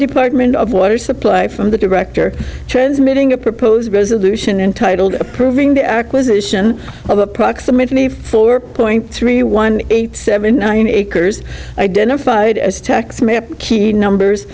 department of water supply from the director transmitting a proposed resolution entitled approving the acquisition of approximately four point three one eight seven nine acres identified as text key numbers